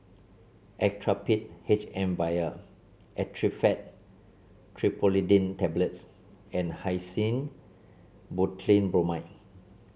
Actrapid H M Vial Actifed Triprolidine Tablets and Hyoscine Butylbromide